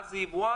מה זה יבואן,